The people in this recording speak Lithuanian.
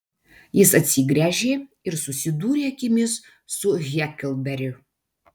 jis atsigręžė ir susidūrė akimis su heklberiu